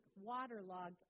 waterlogged